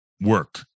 work